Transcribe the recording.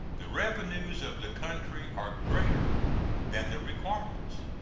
the revenues of the country are greater than the requirements,